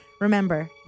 Remember